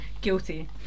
guilty